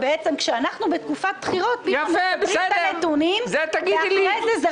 כשבעצם כשאנחנו בתקופת בחירות --- את הנתונים ואחרי זה,